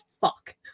fuck